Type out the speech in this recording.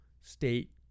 state